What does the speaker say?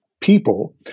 people